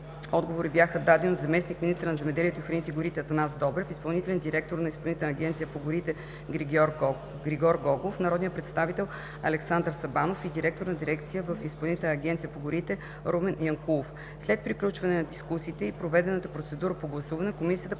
отговори бяха дадени от заместник-министъра на земеделието, храните и горите Атанас Добрев, изпълнителния директор на Изпълнителната агенция по горите Григор Гогов, народния представител Александър Сабанов и директора на дирекция в Изпълнителната агенция по горите Румен Янкулов. След приключване на дискусията и проведената процедура по гласуване Комисията